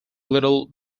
little